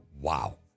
Wow